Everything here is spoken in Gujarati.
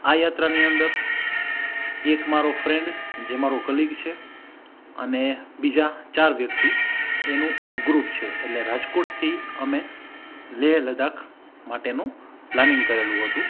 આ યાત્રાની અંદર એક મારો ફ્રેન્ડ જે મારો કલીગ છે અને બીજા ચાર વ્યક્તિ એનું એક ગ્રુપ છે એટલે રાજકોટથી અમે લેહ લદાખ માટેનું પ્લાનિંગ કરેલું હતું